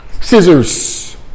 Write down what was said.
Scissors